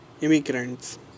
immigrants